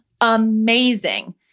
Amazing